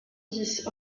dix